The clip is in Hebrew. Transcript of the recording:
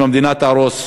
אם המדינה תהרוס,